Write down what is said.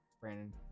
Brandon